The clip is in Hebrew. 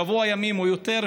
שבוע ימים או יותר,